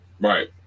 right